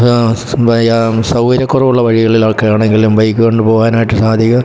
വയ്യാ സൗകര്യ കുറവുള്ള വഴികളിലൊക്കെ ആണെങ്കിലും ബൈക്ക് കൊണ്ടു പോകാനായിട്ട് സാധിക്കും